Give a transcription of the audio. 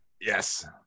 Yes